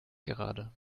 gerade